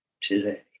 today